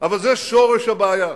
אבל זה שורש הבעיה.